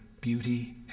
beauty